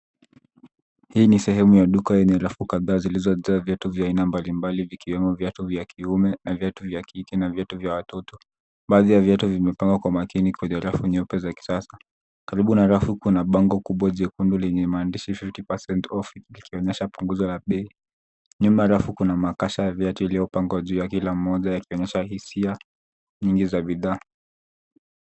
Hii ni sehemu ya duka yenye rafu kubwa zilizojazwa viatu vya aina mbalimbali, vikiwemo vya kiume, vya kike na vya watoto. Baadhi ya viatu vimepangwa kwa umakini kwenye rafu nyeupe zinazong’aa. Karibu na rafu hizo kuna bango kubwa la rangi ya chungwa lenye maandishi “50% OFF” likionyesha punguzo la bei. Nyuma ya rafu kuna makasha ya viatu yaliyopangwa juu kwa juu kwa kila mzani